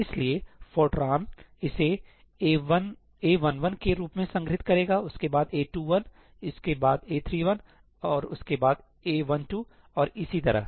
इसलिए फोरट्रान इसे a11 के रूप में संग्रहीत करेगा उसके बाद a21 इसके बाद a31 और उसके बाद a12 और इसी तरह